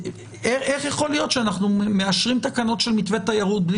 איך יכול להיות שאנחנו מאשרים תקנות של מתווה תיירות בלי